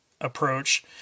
approach